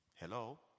Hello